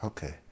Okay